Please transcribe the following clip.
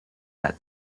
that